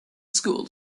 school